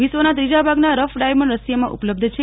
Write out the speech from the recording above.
વિશ્વના ત્રીજા ભાગના રફ ડાયમંડ રશિયામાં ઉપલબ્ધ છે